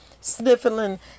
sniffling